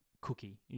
cookie